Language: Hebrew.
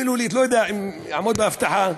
מילולית, לא יודע אם הוא יעמוד בהבטחה,